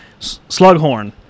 Slughorn